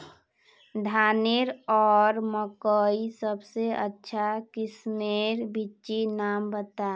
धानेर आर मकई सबसे अच्छा किस्मेर बिच्चिर नाम बता?